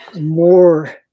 more